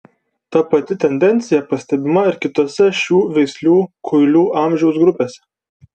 ta pati tendencija pastebima ir kitose šių veislių kuilių amžiaus grupėse